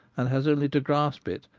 and has only to grasp it.